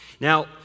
Now